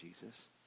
Jesus